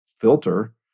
filter